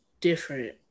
different